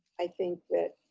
i think that,